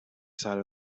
side